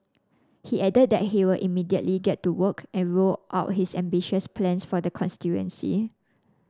he added that he will immediately get to work and roll out his ambitious plans for the constituency